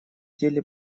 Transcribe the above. деле